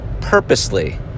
purposely